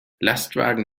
lastwagen